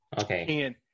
Okay